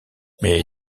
mais